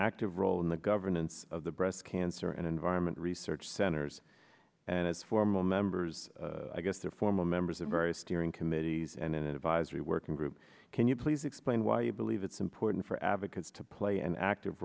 active role in the governance of the breast cancer and environment research centers and its formal members i guess are former members of various steering committees and in an advisory working group can you please explain why you believe it's important for advocates to play an active